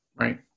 Right